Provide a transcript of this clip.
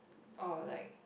or like